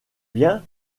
bien